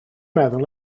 meddwl